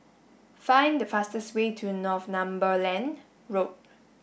find the fastest way to Northumberland Road